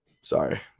sorry